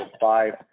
five